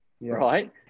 right